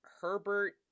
Herbert